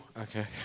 okay